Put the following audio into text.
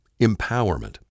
Empowerment